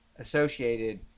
associated